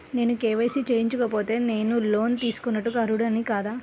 నేను కే.వై.సి చేయించుకోకపోతే నేను లోన్ తీసుకొనుటకు అర్హుడని కాదా?